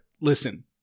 Listen